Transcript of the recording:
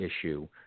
issue